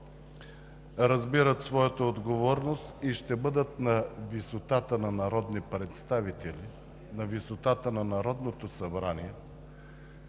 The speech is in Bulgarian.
разбират своята отговорност и ще бъдат на висотата на народни представители, на висотата на Народното събрание,